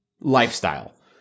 lifestyle